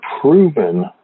proven